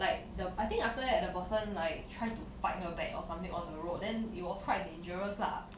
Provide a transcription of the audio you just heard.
like the I think after that the person like try to fight her back or something on the road then it was quite dangerous lah